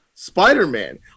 spider-man